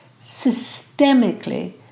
systemically